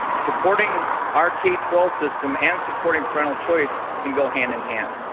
supporting our k twelve system and supporting parental choice can go hand in hand.